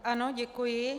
Ano, děkuji.